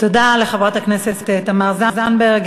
תודה לחברת הכנסת תמר זנדברג.